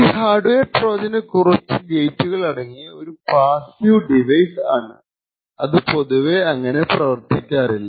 ഈ hardware Trojans കുറച്ചു ഗേറ്റുകൾ അടങ്ങിയ ഒരു പാസ്സീവ് ഡിവൈസ് ആണ് അത് പൊതുവെ അങ്ങനെ പ്രവർത്തിക്കാറില്ല